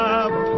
up